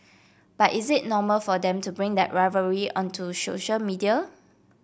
but is it normal for them to bring that rivalry onto social media